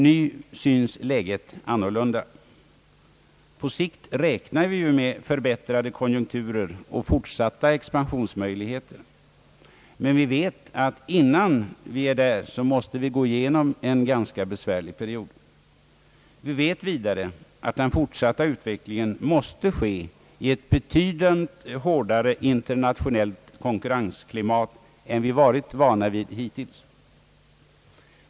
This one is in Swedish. Nu synes läget annorlunda, På sikt räknar vi ju med förbättrade konjunkturer och fortsatta expansionsmöjligheter. Men vi vet att innan vi är där, måste vi gå igenom en ganska besvärlig period. Vi vet vidare att den fortsatta utvecklingen måste ske i ett betydligt hårdare internationellt konkurrensklimat än vad vi varit vana vid hittills.